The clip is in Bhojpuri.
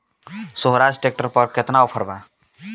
सोहराज ट्रैक्टर पर केतना ऑफर बा?